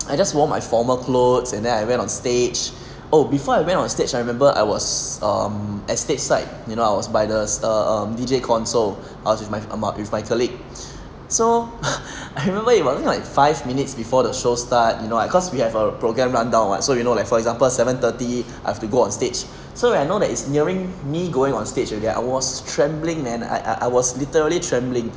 I just wore my former clothes and then I went on stage oh before I went on stage I remember I was um estate site you know I was by the err um D_J console I was with my among with my colleague so I remember it was like five minutes before the show start you know cause we have our program run down what so you know like for example seven thirty I have to go on stage so when I know that is nearing me going on stage already right I was trembling man I I was literally trembling